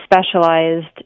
specialized